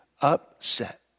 upset